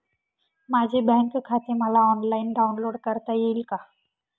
माझे बँक खाते मला ऑनलाईन डाउनलोड करता येईल का?